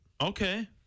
Okay